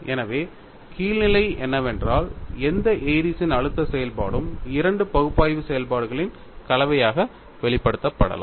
எனவே கீழ்நிலை என்னவென்றால் எந்த ஏரிஸ்ன் Airy's அழுத்த செயல்பாடும் இரண்டு பகுப்பாய்வு செயல்பாடுகளின் கலவையாக வெளிப்படுத்தப்படலாம்